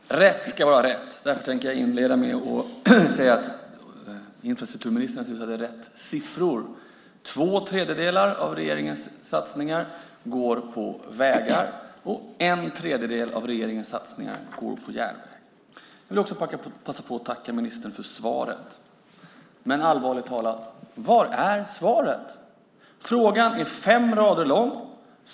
Herr talman! Rätt ska vara rätt. Därför tänker jag inleda med att säga att infrastrukturministern naturligtvis hade rätt siffror. Två tredjedelar av regeringens satsningar går till vägar, och en tredjedel av regeringens satsningar går till järnvägar. Jag vill också passa på att tacka ministern för svaret. Men allvarligt talat: Var är svaret? Frågan är fem rader lång.